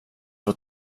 vad